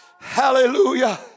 Hallelujah